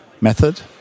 Method